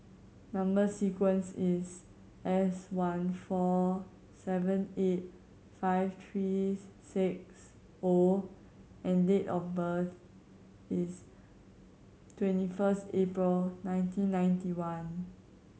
number sequence is S one four seven eight five three six O and date of birth is twenty first April nineteen ninety one